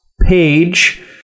page